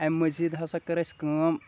امہِ مٔزیٖد ہسا کٔر اسہِ کٲم